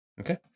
Okay